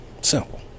Simple